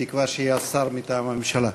בתקווה שיהיה שר מטעם הממשלה.